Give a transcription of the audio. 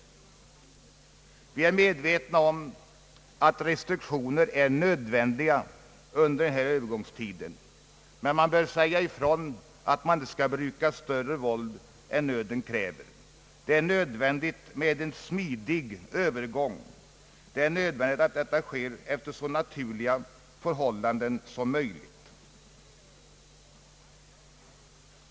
Vi är medvetna om att restriktioner är nödvändiga under en övergångstid, men man bör inte bruka större våld än nöden kräver. Det är nödvändigt med en smidig övergång, och det är nödvändigt att en övergång sker under så naturliga förhållanden som möjligt.